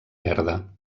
verda